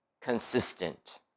consistent